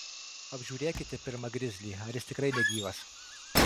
apžiūrėkite pirma grizlį ar jis tikrai negyvas